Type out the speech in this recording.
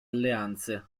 alleanze